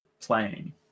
playing